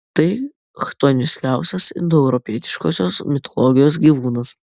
tai chtoniškiausias indoeuropietiškosios mitologijos gyvūnas